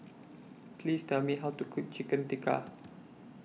Please Tell Me How to Cook Chicken Tikka